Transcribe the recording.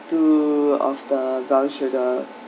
two of the brown sugar